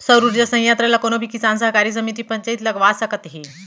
सउर उरजा संयत्र ल कोनो भी किसान, सहकारी समिति, पंचईत लगवा सकत हे